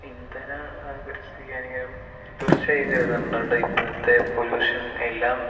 ഇന്ധന പരിസ്ഥിതിക്കാണെങ്കിലും തീർച്ചയായും ഇപ്പോഴത്തെ പൊല്യൂഷൻ എല്ലാം